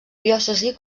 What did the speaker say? diòcesi